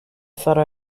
thought